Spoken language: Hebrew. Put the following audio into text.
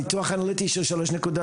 ניתוח אנליטי של שלוש דקות,